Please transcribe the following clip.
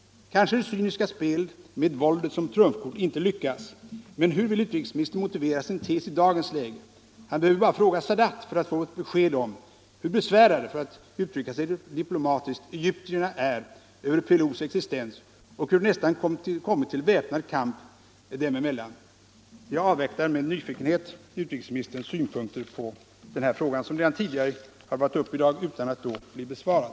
Kanske det cyniska spelet med våldet som trumfkort inte lyckas, men hur vill utrikesministern motivera sin tes i dagens läge? Han behöver bara fråga Sadat för att få ett besked om hur besvärade, för att uttrycka sig diplomatiskt, egyptierna är över PLO:s existens. Det har nästan kommit till väpnad kamp dem emellan. Jag avvaktar med nyfikenhet utrikesministerns synpunkter på denna fråga som redan tidigare varit uppe till debatt men inte blivit besvarad.